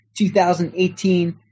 2018